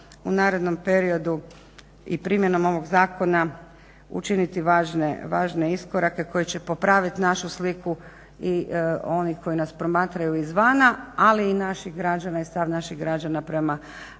u narednom periodu i primjenom ovog zakona učiniti važne, važne iskorake koji će popraviti našu sliku i onih koji nas promatraju izvana, ali i naših građana i stav naših građana prema